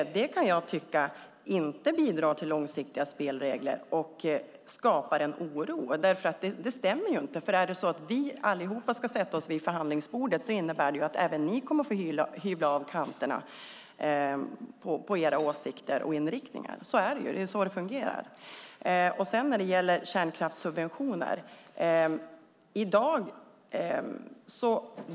Det kan jag tycka inte bidrar till långsiktiga spelregler och skapar oro. Det stämmer inte. Om vi alla ska sätta oss vid förhandlingsbordet innebär det att även ni kommer att få hyvla av kanterna på era åsikter och inriktningar. Det är så det fungerar. Sedan var det frågan om kärnkraftssubventioner.